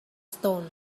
stone